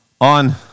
on